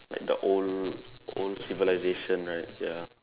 like the old old civilization right ya